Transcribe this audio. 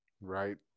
Right